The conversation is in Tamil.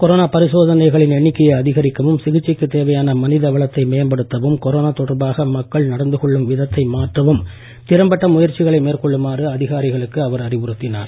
கொரோனா பரிசோதனைகளின் எண்ணிக்கையை அதிகரிக்கவும் சிகிச்சைக்கு தேவையான மனிதவளத்தை மேம்படுத்தவும் கொரோனா தொடர்பாக மக்கள் நடந்து கொள்ளும் விதத்தை மாற்றவும் திறம்பட்ட முயற்சிகளை மேற்கொள்ளுமாறு அதிகாரிகளுக்கு அவர் அறிவுறுத்தினார்